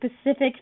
specific